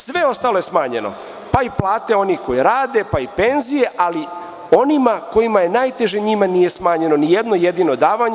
Sve ostalo je smanjeno, pa i plate onih koji rade, pa i penzije, ali, onima kojima je najteže, njima nije smanjeno nijedno jedino davanje.